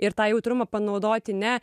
ir tą jautrumą panaudoti ne